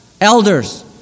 elders